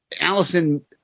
Allison